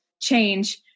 change